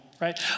right